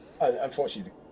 unfortunately